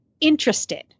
interested